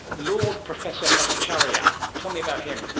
lord professor bhattacharyya. tell me about him.